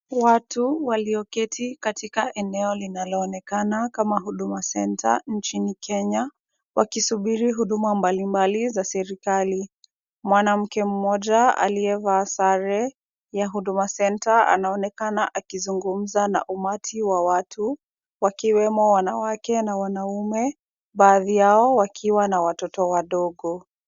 Watu walioketi katika eneo linaloonekana kama Huduma Center nchini Kenya, wakisubiri huduma mbalimbali za serikali. Mwanamke mmoja aliyevaa sare ya Huduma Center anaonekana akizungumza na umati wa watu wakiwemo wanawake na wanaume, baadhi yao wakiwa na watoto wadogo.